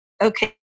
Okay